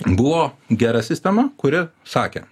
buvo gera sistema kuri sakė